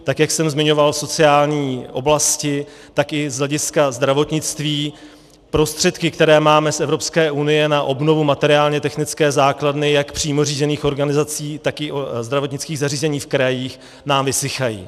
Tak jak jsem zmiňoval sociální oblasti, tak i z hlediska zdravotnictví prostředky, které máme z Evropské unie na obnovu materiálnětechnické základny jak přímo řízených organizací, tak i zdravotnických zařízení v krajích, nám vysychají.